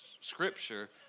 scripture